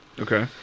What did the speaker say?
Okay